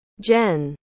Jen